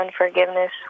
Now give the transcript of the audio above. unforgiveness